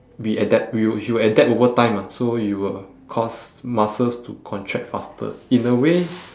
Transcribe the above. we adapt we will sh~ will adapt over time lah so you will cause muscles to contract faster in a way